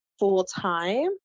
full-time